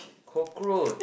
cockroach